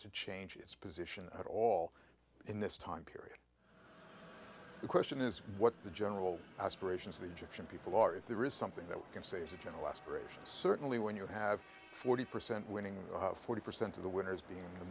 to change its position at all in this time period the question is what the general aspirations of the gyptian people are if there is something that we can say as a general aspiration certainly when you have forty percent winning forty percent of the winners being the